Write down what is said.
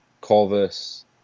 Corvus